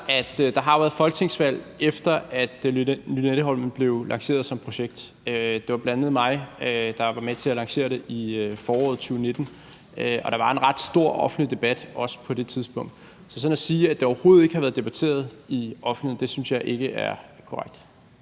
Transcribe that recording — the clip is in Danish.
der har været folketingsvalg, efter at Lynetteholmen blev lanceret som projekt. Det var bl.a. mig, der var med til at lancere det i foråret 2019, og der var en ret stor offentlig debat også på det tidspunkt. Så at sige, at det overhovedet ikke har været debatteret i offentligheden, synes jeg ikke er korrekt.